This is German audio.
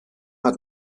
hat